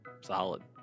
solid